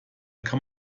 kann